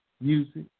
music